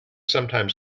sometimes